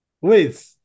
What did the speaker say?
Wait